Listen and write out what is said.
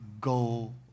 go